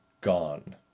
gone